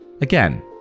Again